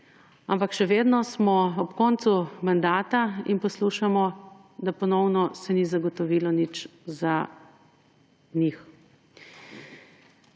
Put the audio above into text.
Ampak še vedno smo ob koncu mandata in poslušamo, da ponovno se ni zagotovilo nič za njih.